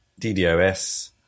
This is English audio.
ddos